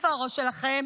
איפה הראש שלכם?